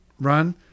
Run